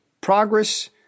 progress